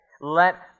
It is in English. Let